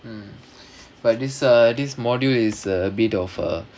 mm but this uh this module is a bit of uh